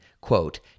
quote